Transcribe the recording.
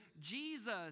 Jesus